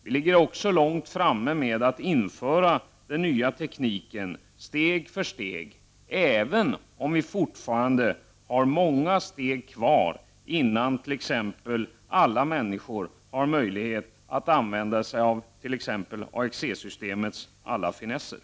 Vi ligger även långt framme i fråga om att införa den nya tekniken, steg för steg, även om vi fortfarande har många steg kvar innan t.ex. alla människor har möjlighet att använda sig av exempelvis AXE-systemets alla finesser.